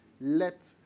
let